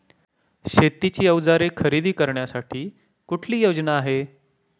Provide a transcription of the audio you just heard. शेतीची अवजारे खरेदी करण्यासाठी कुठली योजना आहे?